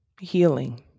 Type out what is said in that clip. healing